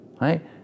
right